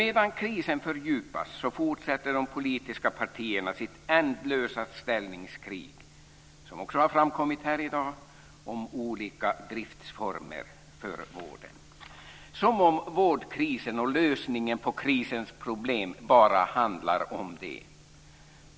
Medan krisen fördjupas fortsätter de politiska partierna sitt ändlösa ställningskrig, som också har framkommit här i dag, om olika driftsformer för vården. Det är som om vårdkrisen och lösningen på vårdens problem bara handlar om det.